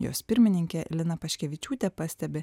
jos pirmininkė lina paškevičiūtė pastebi